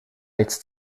nichts